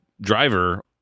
Driver